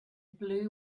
blue